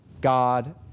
God